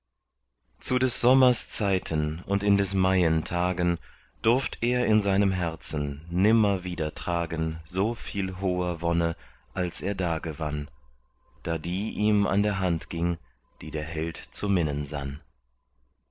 zu des sommers zeiten und in des maien tagen durft er in seinem herzen nimmer wieder tragen so viel hoher wonne als er da gewann da die ihm an der hand ging die der held zu minnen sann